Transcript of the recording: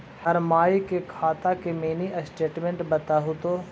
हमर माई के खाता के मीनी स्टेटमेंट बतहु तो?